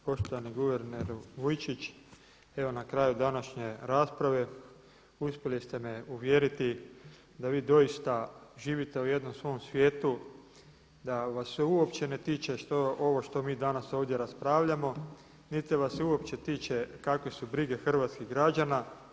Poštovani guverneru Vujčić, evo na kraju današnje rasprave uspjeli ste me uvjeriti da vi doista živite u jednom svom svijetu da vas se uopće ne tiče ovo što mi danas ovdje raspravljamo niti vas se uopće tiče kakve su brige hrvatskih građana.